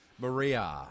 Maria